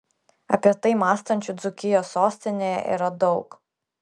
apie tai mąstančių dzūkijos sostinėje yra daug